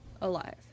Alive